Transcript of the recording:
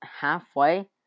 halfway